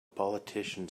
politician